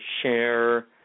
share